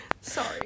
Sorry